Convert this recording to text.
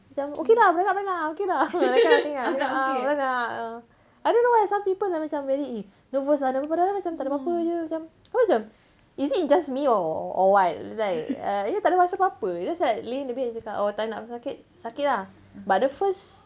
macam okay lah beranak beranak okay lah lah beranak ah I don't know why some people eh macam very nervous ah nervous padahal macam tak ada apa-apa jer macam kan macam is it just me or what like err ya tak ada masalah apa-apa just like lay in a bit lepas tu cakap oh time nak sakit sakit lah but the first